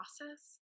process